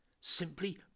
Simply